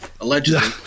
allegedly